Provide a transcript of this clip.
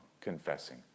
confessing